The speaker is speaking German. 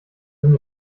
sind